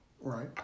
Right